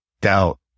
doubt